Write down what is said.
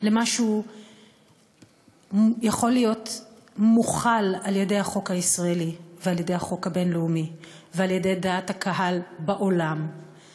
למה שהחוק הישראלי והחוק הבין-לאומי ודעת הקהל בעולם יכולים להכיל.